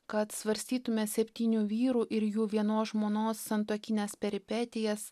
kad svarstytume septynių vyrų ir jų vienos žmonos santuokines peripetijas